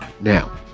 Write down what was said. Now